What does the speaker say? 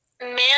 Man